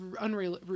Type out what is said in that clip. unreal